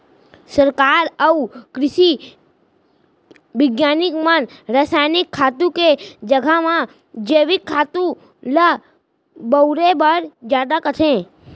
सरकार अउ कृसि बिग्यानिक मन रसायनिक खातू के जघा म जैविक खातू ल बउरे बर जादा कथें